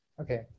Okay